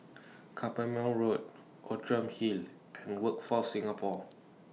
Carpmael Road Outram Hill and Workforce Singapore